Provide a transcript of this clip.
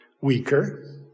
weaker